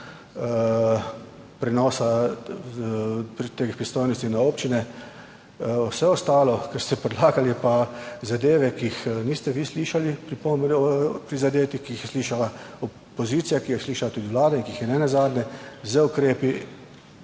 prenosa teh pristojnosti na občine. Vse ostalo, kar ste predlagali, pa zadeve, ki jih niste vi slišali, pripombe prizadetih, ki jih je slišala opozicija, ki je slišala tudi Vlada in ki jih je nenazadnje z ukrepi,